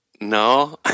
No